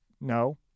No